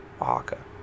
Oaxaca